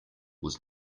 was